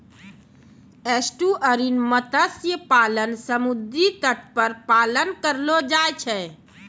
estuarine मत्स्य पालन समुद्री तट पर पालन करलो जाय छै